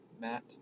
Matt